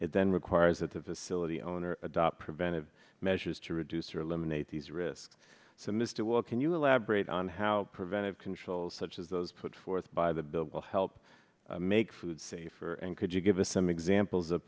it then requires that the facility owner adopt preventive measures to reduce or eliminate these risks so mr well can you elaborate on how preventive controls such as those put forth by the bill will help make food safer and could you give us some examples of